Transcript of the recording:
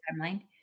timeline